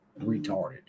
retarded